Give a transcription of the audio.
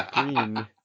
green